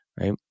right